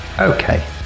okay